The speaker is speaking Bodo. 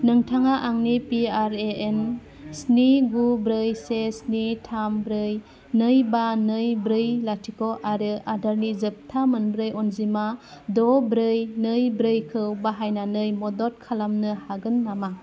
नोंथाङा आंनि पिआरएएन स्नि गु ब्रै से स्नि थाम ब्रै नै बा नै ब्रै लाथिख' आरो आदारनि जोबथा मोनब्रै अनजिमा द' ब्रै नै ब्रैखौ बाहायनानै मदद खालामनो हागोन नामा